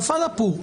נפל הפור,